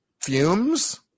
Fumes